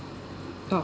oh